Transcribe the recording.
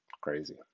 crazy